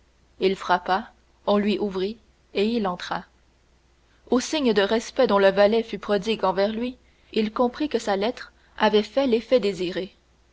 il frappa on lui ouvrit et il entra aux signes de respect dont le valet fut prodigue envers lui il comprit que sa lettre avait fait l'effet désiré